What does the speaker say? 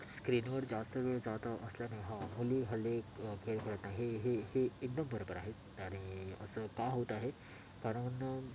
स्क्रीनवर जास्त वेळ जात असल्याने हां मुली हल्ली खेळ खेळत नाही हे हे हे एकदम बरोबर आहे आणि असं का होत आहे कारण